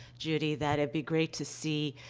judy, that it'd be great to see,